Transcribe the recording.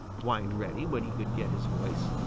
whined reddy, when he could get his voice.